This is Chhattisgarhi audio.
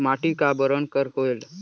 माटी का बरन कर होयल?